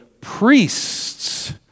priests